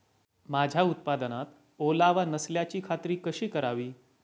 माझ्या उत्पादनात ओलावा नसल्याची खात्री कशी करावी?